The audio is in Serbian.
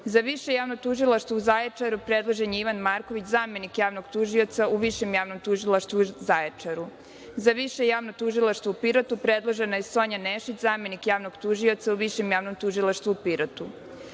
Više javno tužilaštvo u Zaječaru predložen je Ivan Marković, zamenik javnog tužioca u Višem javnom tužilaštvu u Zaječaru.Za Više javno tužilaštvo u Pirotu predložena je Sonja Nešić, zamenik javnog tužioca u Višem javnom tužilaštvu u Pirotu. Kada